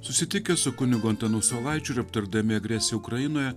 susitikę su kunigu antanu saulaičiu ir aptardami agresiją ukrainoje